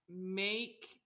make